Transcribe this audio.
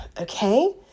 Okay